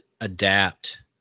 adapt